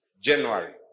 January